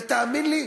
ותאמין לי,